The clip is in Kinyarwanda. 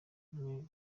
ubumwe